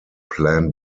plan